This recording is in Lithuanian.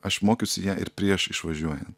aš mokysiu ją ir prieš išvažiuojant